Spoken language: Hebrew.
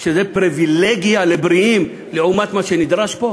שהם פריבילגיה לבריאים לעומת מה שנדרש פה?